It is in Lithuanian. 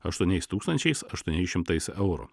aštuoniais tūkstančiais aštuoniais šimtais eurų